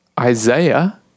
Isaiah